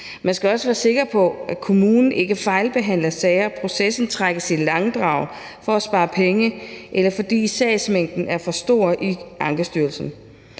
Man skal også være sikker på, at kommunen ikke fejlbehandler sager og processen trækkes i langdrag for at spare penge, eller fordi sagsmængden er for stor i Ankestyrelsen.